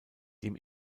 dem